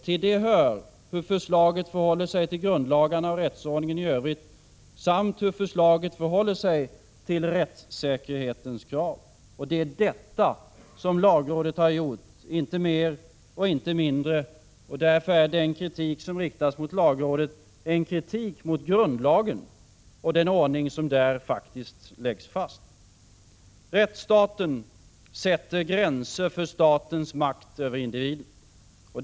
Till det hör ”hur förslaget förhåller sig till grundlagarna och rättsordningen i övrigt” samt ”hur förslaget förhåller sig till rättssäkerhetens krav”. Och det är detta lagrådet har gjort. Inte mer. Inte mindre. Därför är den kritik som riktats mot lagrådet en kritik mot grundlagen och den ordning som där läggs fast. Rättsstaten sätter gränser för statens makt över individen.